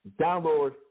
Download